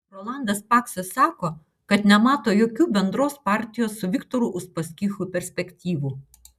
rolandas paksas sako kad nemato jokių bendros partijos su viktoru uspaskichu perspektyvų